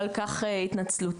ועל כך התנצלותי.